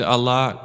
Allah